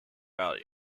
value